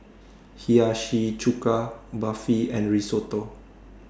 Hiyashi Chuka Barfi and Risotto